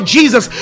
Jesus